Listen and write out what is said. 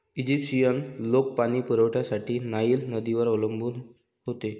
Egyptian लोक पाणी पुरवठ्यासाठी नाईल नदीवर अवलंबून होते